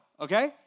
okay